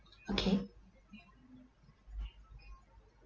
okay